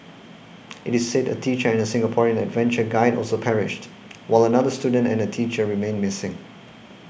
it is said a teacher and a Singaporean adventure guide also perished while another student and a teacher remain missing